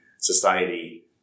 society